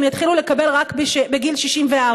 הן יתחילו לקבל רק בגיל 64?